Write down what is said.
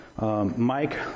Mike